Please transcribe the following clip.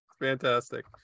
fantastic